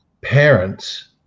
parents